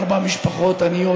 ארבע משפחות עניות,